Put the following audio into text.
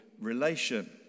relation